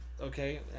okay